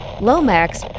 Lomax